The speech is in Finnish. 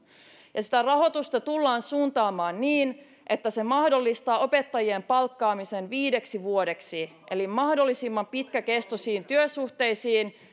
sitä rahoitusta tullaan suuntaamaan niin että se mahdollistaa opettajien palkkaamisen viideksi vuodeksi eli mahdollisimman pitkäkestoisiin työsuhteisiin